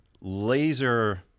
laser